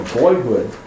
boyhood